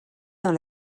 dans